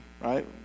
right